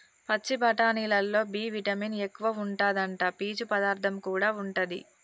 పచ్చి బఠానీలల్లో B vitamin ఎక్కువుంటాదట, పీచు పదార్థం కూడా ఉంటది